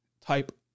type